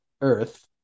earth